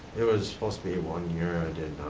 it was supposed to be one year, i did